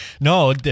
No